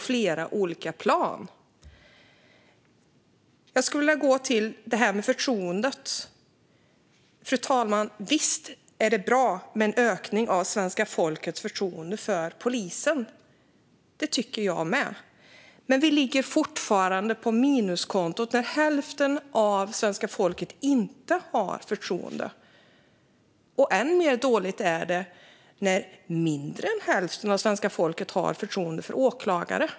Fru talman! Jag skulle vilja ta upp detta med förtroendet. Visst är det bra med en ökning av svenska folkets förtroende för polisen. Det tycker jag med. Men vi ligger fortfarande på minuskontot när hälften av svenska folket inte har förtroende. Ännu värre är det när mindre än hälften av svenska folket har förtroende för åklagare.